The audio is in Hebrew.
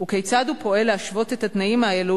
וכיצד הוא פועל להשוות את התנאים האלה